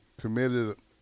committed